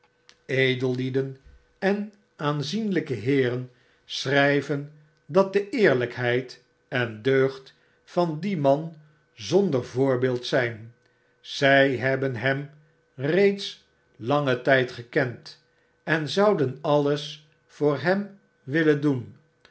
edellieden enaanzienlgkeheerenschrtjven dat de eerlijkheid en deugd van dien man zonder voorbeeld zp zijhebben hem reeds langen tgd gekend en zouden alles voor hem willen doen